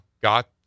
got